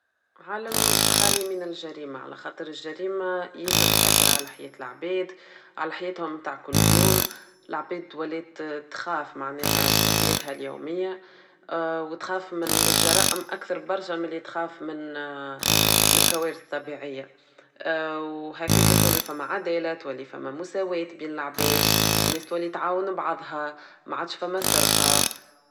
عالم خال من الجريمة علخاطر الجريمة ياسر تاثر على حياة العباد علحياتهم متعوكل يوم العباد تولي تخاف معناها في حياتها اليومية و تخاف ملجرائم اكثر برشا ملي تخاف من الكوارث الطبيعية و هكاك تولي فما عدالة تولي فما مساواة بين العباد ناس تولي تعاون بعضها معادش فما سرقة